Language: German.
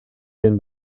den